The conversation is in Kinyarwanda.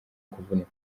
kuvunika